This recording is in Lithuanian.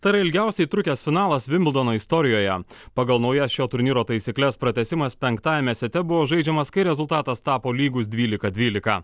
tai yra ilgiausiai trukęs finalas vimbdono istorijoje pagal naujas šio turnyro taisykles pratęsimas penktajame sete buvo žaidžiamas kai rezultatas tapo lygus dvylika dvylika